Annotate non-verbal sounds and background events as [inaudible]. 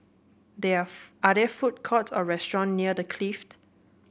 there are [unintelligible] are there food courts or restaurant near The Clift